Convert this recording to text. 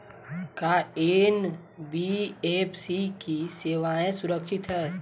का एन.बी.एफ.सी की सेवायें सुरक्षित है?